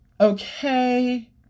Okay